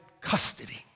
custody